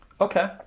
Okay